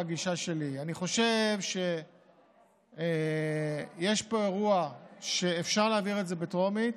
בגישה שלי אני חושב שיש פה אירוע שאפשר להעביר את זה בטרומית,